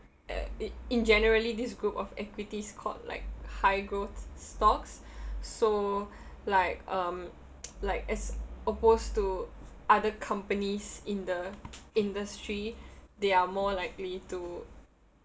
uh i~ in generally this group of equities called like high growth stocks so like um like as opposed to other companies in the industry they are more likely to